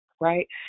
right